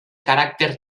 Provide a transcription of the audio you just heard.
caràcter